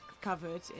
covered